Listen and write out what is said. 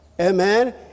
Amen